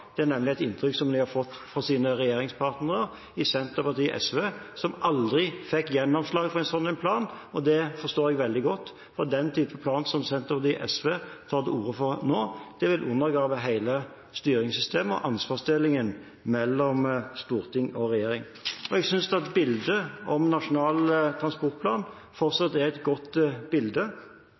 det er nemlig et inntrykk som de har fått fra sine regjeringspartnere i Senterpartiet og SV, som aldri fikk gjennomslag for en sånn plan. Det forstår jeg veldig godt. Den typen plan som Senterpartiet og SV tar til orde for nå, vil undergrave hele styringssystemet og ansvarsdelingen mellom storting og regjering. Jeg synes at bildet om nasjonal transportplan fortsatt er et godt bilde.